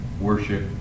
worship